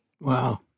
Wow